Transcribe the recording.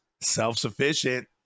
self-sufficient